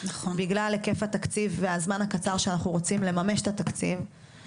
בגלל היקף התקציב והזמן הקצר שאנחנו רוצים לממש את התקציב,